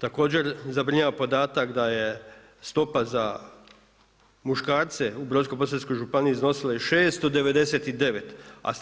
Također zabrinjava podatak da je stopa za muškarce u Brodsko-posavskoj županiji iznosila je 699 a